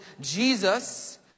Jesus